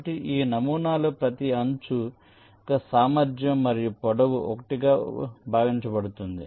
కాబట్టి ఈ నమూనాలో ప్రతి అంచు యొక్క సామర్థ్యం మరియు పొడవు 1 గా భావించబడుతుంది